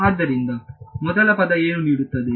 ಆದ್ದರಿಂದ ಮೊದಲ ಪದವು ನನಗೆ ಏನು ನೀಡುತ್ತದೆ